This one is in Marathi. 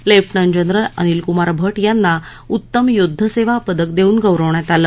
लेफ्टनंट जनरल अनिलक्मार भट यांना उत्तम युद्धसेवा पदक देऊन गौरवण्यात आलं